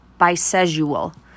bisexual